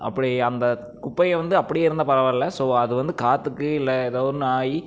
அப்படி அந்த குப்பையை வந்து அப்படியே இருந்தால் பரவாயில்ல ஸோ அது வந்து காற்றுக்கு இல்லை ஏதோ ஒன்று ஆகி